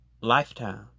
Lifetime